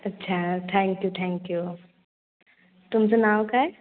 अच्छा thank you thank you तुमचं नाव काय